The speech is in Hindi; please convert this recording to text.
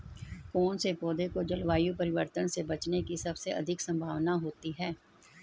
कौन से पौधे को जलवायु परिवर्तन से बचने की सबसे अधिक संभावना होती है?